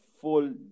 full